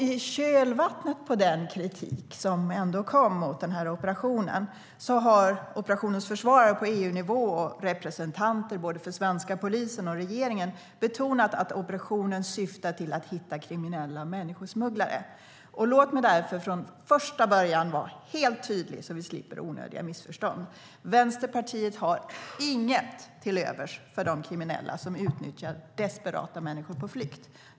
I kölvattnet på den kritik som ändå kom mot operationen har operationens försvarare på EU-nivå och representanter för svenska polisen och regeringen betonat att operationen syftar till att hitta kriminella människosmugglare. Låt mig därför från första början vara helt tydlig så att vi slipper onödiga missförstånd. Vänsterpartiet har inget till övers för de kriminella som utnyttjar desperata människor på flykt.